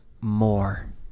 more